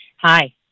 Hi